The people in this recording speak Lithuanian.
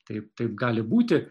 taip taip gali būti